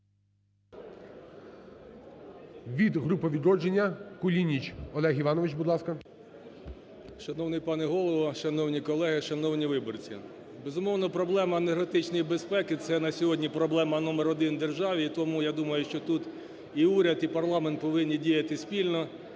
Від групи "Відродження" Кулініч Олег Іванович, будь ласка. 10:17:12 КУЛІНІЧ О.І. Шановний пане Голово! Шановні колеги! Шановні виборці! Безумовно, проблема енергетичної безпеки – це на сьогодні проблема номер один в державі. І тому, я думаю, що тут і уряд, і парламент повинні діяти спільно.